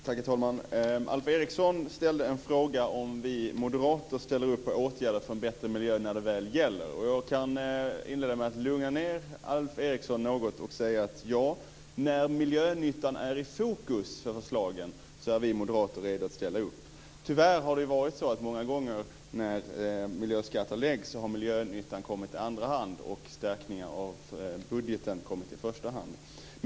Herr talman! Alf Eriksson ställde frågan om vi moderater ställer upp på åtgärder för en bättre miljö när det väl gäller. Jag kan inleda med att lugna Alf Eriksson något genom att säga: Ja, när miljönyttan är i fokus för förslagen är vi moderater redo att ställa upp. Tyvärr har det många gånger varit så att när förslag om miljöskatter läggs har miljönyttan kommit i andra hand och stärkning av budgeten i första hand.